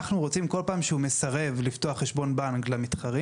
אנחנו רוצים כל פעם שהוא מסרב לפתוח חשבון בנק למתחרים